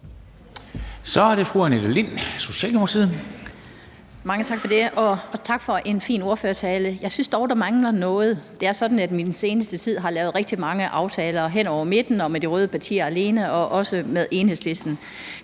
Så er det fru Annette Lind, Socialdemokratiet. Kl. 14:14 Annette Lind (S): Mange tak for det. Og tak for en fin ordførertale. Jeg synes dog, at der mangler noget. Det er sådan, at vi i den seneste tid har lavet rigtig mange aftaler hen over midten og med de røde partier alene og også med Enhedslisten.